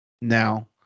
Now